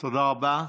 תודה רבה.